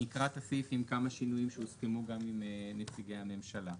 אקרא את הסעיף עם כמה שינויים שהוסכמו גם עם נציגי הממשלה.